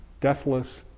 deathless